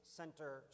center